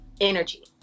energy